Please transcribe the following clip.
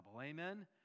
amen